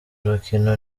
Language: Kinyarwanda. rukino